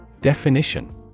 Definition